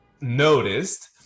noticed